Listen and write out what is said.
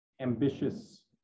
ambitious